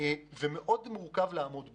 ויהיה מאוד מורכב לעמוד בה.